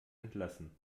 entlassen